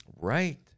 Right